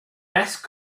best